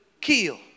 kill